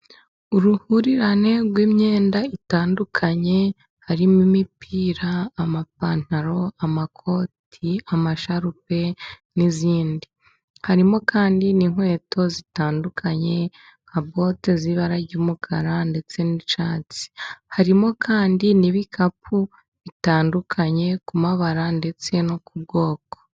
Uruhurirane rw'imyenda itandukanye harimo imipira amapantaro, amakoti, amasharupe n'iyindi, harimo kandi n'inkweto zitandukanye nka bote z'ibara ry'umukara ndetse n'icyatsi, harimo kandi n'ibikapu bitandukanye ku mabara ndetse no ku bwoko.